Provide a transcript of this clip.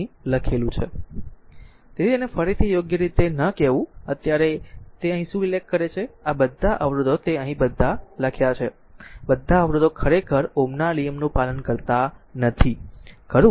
તેથી તેને ફરીથી યોગ્ય રીતે ન કહેવું અત્યારે તે અહીં શું ઉલ્લેખ કરે છે કે બધા અવરોધો તે બધા અહીં છે કે બધા અવરોધો ખરેખર Ω ના લો નું પાલન કરતા નથી ખરું